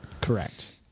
Correct